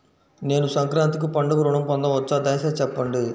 నేను సంక్రాంతికి పండుగ ఋణం పొందవచ్చా? దయచేసి చెప్పండి?